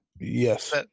yes